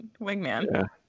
Wingman